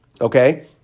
Okay